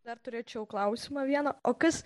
dar turėčiau klausimą vieną o kas